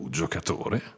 giocatore